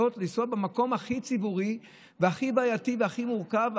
לנסוע במקום הכי ציבורי והכי בעייתי והכי מורכב,